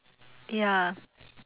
ya